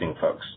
folks